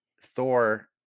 thor